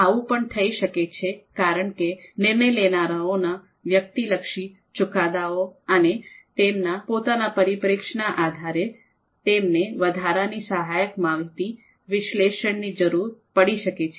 આવું પણ થઈ શકે છે કારણ કે નિર્ણય લેનારાઓના વ્યક્તિલક્ષી ચુકાદાઓ અને તેમના પોતાના પરિપ્રેક્ષ્યના આધારે તેમને વધારાની સહાયક માહિતી વિશ્લેષણની જરૂર પડી શકે છે